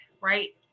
right